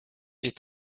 est